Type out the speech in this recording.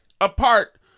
apart